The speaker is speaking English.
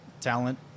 talent